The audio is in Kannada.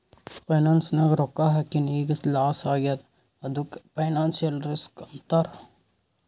ಫೈನಾನ್ಸ್ ನಾಗ್ ರೊಕ್ಕಾ ಹಾಕಿನ್ ಈಗ್ ಲಾಸ್ ಆಗ್ಯಾದ್ ಅದ್ದುಕ್ ಫೈನಾನ್ಸಿಯಲ್ ರಿಸ್ಕ್ ಅಂತಾರ್